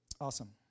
awesome